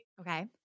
Okay